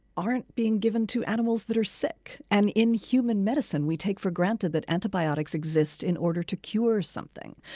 aren't being given to animals that are sick. and in human medicine we take for granted that antibiotics exist in order to cure something,